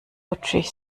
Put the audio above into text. rutschig